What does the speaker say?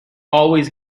always